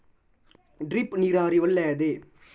Drip ನೀರಾವರಿ ಒಳ್ಳೆಯದೇ?